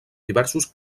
diversos